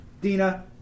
Dina